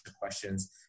questions